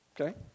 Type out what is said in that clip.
Okay